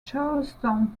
charlestown